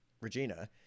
Regina